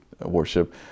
Worship